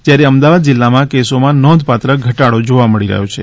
જ્યારે અમદાવાદ જિલ્લામાં કેસોમાં નોંધપાત્ર ઘટાડો જોવા મળી રહ્યો છે